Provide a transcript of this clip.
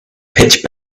pitch